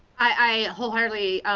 i wholeheartedly